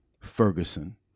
Ferguson